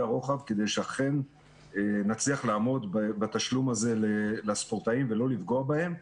הרוחב כדי שאכן נצליח לעמוד בתשלום הזה לספורטאים ולא לפגוע בהם.